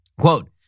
Quote